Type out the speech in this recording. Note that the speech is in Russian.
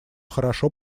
хорошо